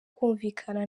kwumvikana